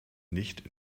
nicht